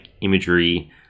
imagery